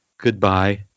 goodbye